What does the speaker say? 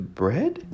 bread